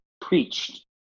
preached